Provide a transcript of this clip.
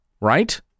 right